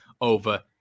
over